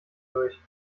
durch